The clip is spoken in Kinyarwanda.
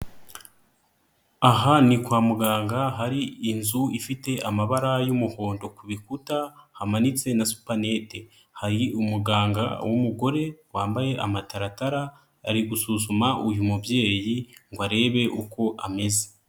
Aha ni kwa muganga hari inzu ifite amabara y'umuhondo ku bikuta, hamanitse na supanete. Hari umuganga w'umugore wambaye amataratara ari gusuzuma uyu mubyeyi ngo arebe uko ameze.